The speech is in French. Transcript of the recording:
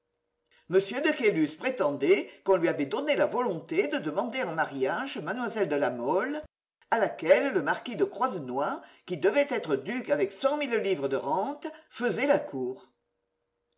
m de caylus prétendait qu'on lui avait donné la volonté de demander en mariage mlle de la mole à laquelle le marquis de croisenois qui devait être duc avec cent mille livres de rente faisait la cour